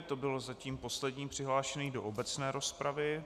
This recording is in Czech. To byl zatím poslední přihlášený do obecné rozpravy.